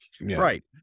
right